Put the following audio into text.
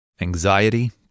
Anxiety